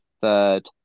third